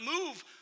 move